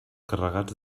carregats